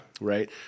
Right